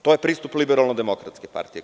To je pristup Liberalno demokratske partije.